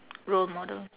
role model